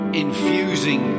infusing